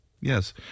Yes